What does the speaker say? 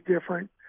different